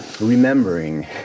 Remembering